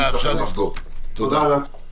תודה רבה.